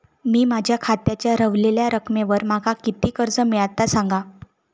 मी माझ्या खात्याच्या ऱ्हवलेल्या रकमेवर माका किती कर्ज मिळात ता सांगा?